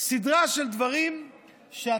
סדרה של דברים שאתה,